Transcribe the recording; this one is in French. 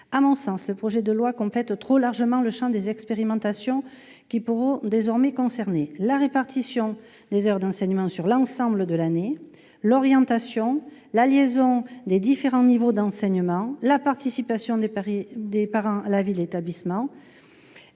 À mon sens, le projet de loi complète trop largement le champ de ces expérimentations, qui pourront désormais concerner la répartition des heures d'enseignement sur l'ensemble de l'année, l'orientation, la liaison entre les différents niveaux d'enseignement, la participation des parents à la vie de l'établissement.